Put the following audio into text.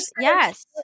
yes